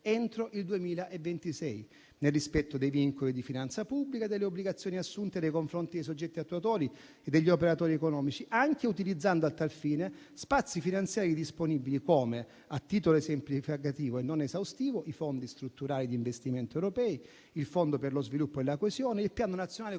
entro il 2026, nel rispetto dei vincoli di finanza pubblica e delle obbligazioni assunte nei confronti dei soggetti attuatori e degli operatori economici, anche utilizzando a tal fine spazi finanziari disponibili come, a titolo esemplificativo e non esaustivo, i Fondi strutturali di investimento europei, il Fondo per lo sviluppo e la coesione, il Piano nazionale complementare